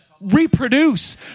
reproduce